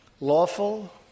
lawful